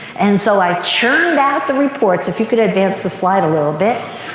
and so i churned out the reports. if you could advance the slide a little bit.